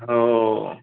हो